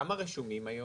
אגב, כמה רשומים היום?